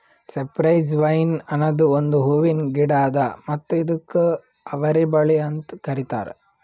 cypress vine ಅನದ್ ಒಂದು ಹೂವಿನ ಗಿಡ ಅದಾ ಮತ್ತ ಇದುಕ್ ಅವರಿ ಬಳ್ಳಿ ಅಂತ್ ಕರಿತಾರ್